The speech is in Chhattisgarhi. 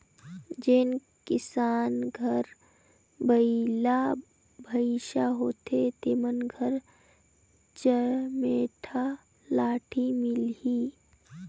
जेन किसान घर बइला भइसा होथे तेमन घर चमेटा लाठी मिलही